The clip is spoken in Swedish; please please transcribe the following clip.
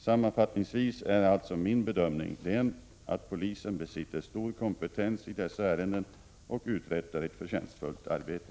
Sammanfattningsvis är alltså min bedömning den att polisen besitter stor kompetens i dessa ärenden och uträttar ett förtjänstfullt arbete.